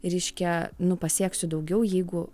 reiškia nu pasieksiu daugiau jeigu